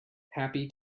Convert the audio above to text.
happy